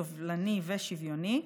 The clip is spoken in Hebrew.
סובלני ושוויוני.